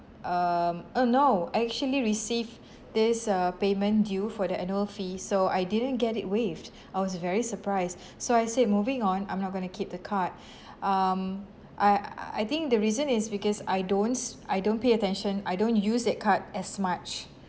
um uh no I actually received this uh payment due for the annual fee so I didn't get it waived I was very surprised so I said moving on I'm not going to keep the card um I I think the reason is because I don't I don't pay attention I don't use that card as much